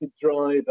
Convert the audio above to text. driver